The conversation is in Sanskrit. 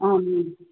आम्